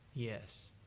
yes.